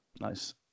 Nice